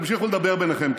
תמשיכו לדבר ביניכם,